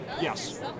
Yes